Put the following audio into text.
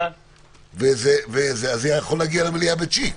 אז זה יכול להגיע למליאה בצ'יק.